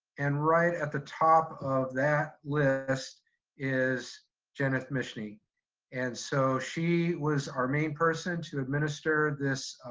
and right at the top of that list is jenith mishne. i mean and so she was our main person to administer this